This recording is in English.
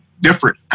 different